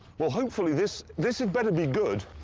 well, hopefully, this. this had better be good.